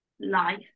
life